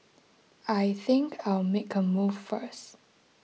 I think I'll make a move first